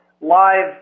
live